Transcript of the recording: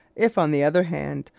if, on the other hand,